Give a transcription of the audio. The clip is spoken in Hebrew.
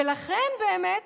ולכן באמת